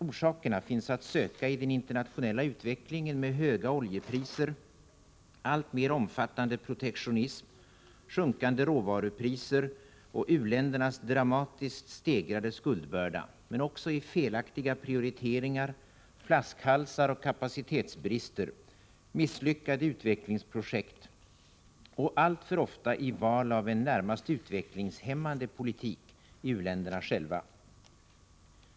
Orsakerna finns att söka i den internationella utvecklingen med höga oljepriser, alltmer omfattande protektionism, sjunkande råvarupriser och u-ländernas dramatiskt stegrade skuldbörda, men också i felaktiga prioriteringar, flaskhalsar och kapacitetsbrister, misslyckade utvecklingsprojekt och alltför ofta i val av en närmast utvecklingshämmande politik i u-länderna själva.